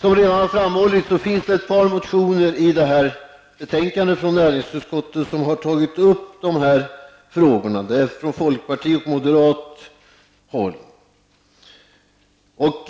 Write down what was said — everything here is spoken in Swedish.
Som redan har framhållits behandlas i näringsutskottets betänkande ett par motioner vari folkpartiet och moderaterna tagit upp dessa frågor.